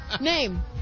name